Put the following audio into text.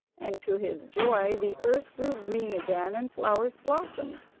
and to his joy the earth grew green again and flowers blossomed.